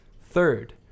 third